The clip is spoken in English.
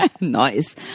Nice